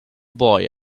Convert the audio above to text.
boy